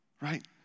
right